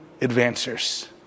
advancers